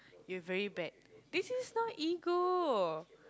you are very bad this is not ego